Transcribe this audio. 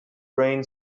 brain